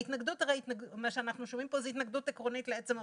ההתנגדות שאנחנו שומעים פה זו התנגדות עקרונית לעצם התקנות,